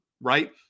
right